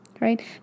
Right